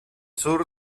sur